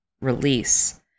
release